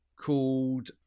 called